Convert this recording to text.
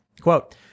Quote